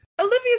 Olivia